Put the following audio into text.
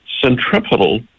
Centripetal